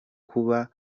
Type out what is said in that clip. kuba